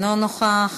אינו נוכח,